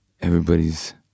everybody's